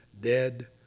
dead